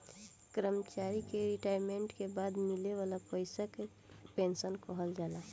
कर्मचारी के रिटायरमेंट के बाद मिले वाला पइसा के पेंशन कहल जाला